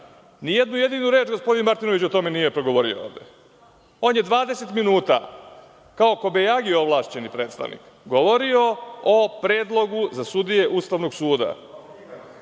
jednu jedinu reč gospodin Martinović o tome nije govorio. On je 20 minuta, kao kobajagi ovlašćeni predstavnik, govorio o predlogu za sudije Ustavnog suda.